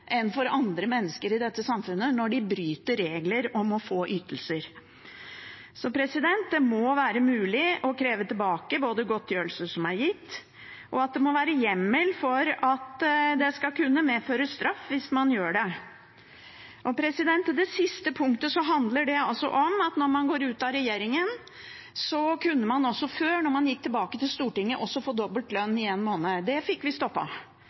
enn for andre mennesker i dette samfunnet når de bryter regler om å få ytelser. Det må være mulig å kreve tilbake godtgjørelse som er gitt, og det må være hjemmel for at det skal kunne medføre straff hvis man gjør det. Til det siste punktet: Det handler om at når man går ut av regjeringen, kunne man før, når man gikk tilbake til Stortinget, også få dobbelt lønn i én måned. Det fikk vi